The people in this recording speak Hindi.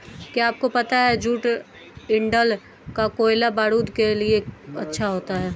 क्या आपको पता है जूट डंठल का कोयला बारूद के लिए अच्छा होता है